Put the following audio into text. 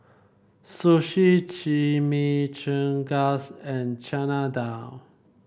Sushi Chimichangas and Chana Dal